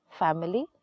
family